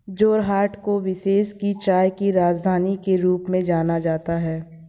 जोरहाट को विश्व की चाय की राजधानी के रूप में जाना जाता है